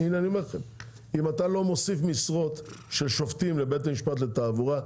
אם אתה לא מוסיף משרות של שופטים לבית משפט לתעבורה.